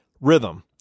Rhythm